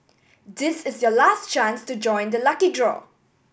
this is your last chance to join the lucky draw